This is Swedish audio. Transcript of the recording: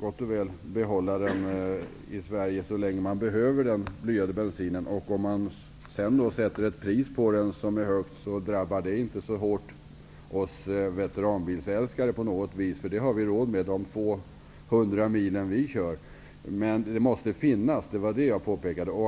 gott och väl kan behålla den blyade bensinen i Sverige så länge vi behöver den. Om man sedan sätter ett högt pris på den, drabbar det inte oss veteranbilsälskare så hårt. Det har vi råd med, eftersom vi bara kör några hundra mil om året. Men den måste finnas. Det var det jag påpekade.